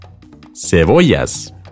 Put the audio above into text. cebollas